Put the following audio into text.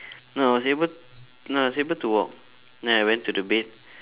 no I was able no I was able to walk then I went to the bed